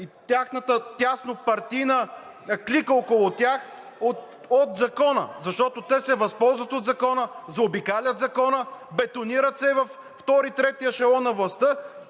и тяхната тяснопартийна клика около тях от Закона. Защото те се възползват от Закона, заобикалят Закона, бетонират се във втори, трети ешелон на властта,